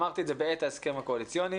אמרתי את זה בעת ההסכם הקואליציוני,